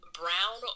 brown